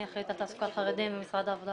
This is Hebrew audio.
אני אחראית על תעסוקת חרדים במשרד העבודה